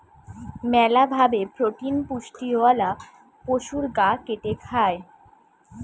মেলা ভাবে প্রোটিন পুষ্টিওয়ালা পশুর গা কেটে খায়